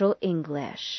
English